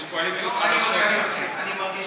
יש קואליציות חדשות, סליחה, אני מודה, אני יוצא.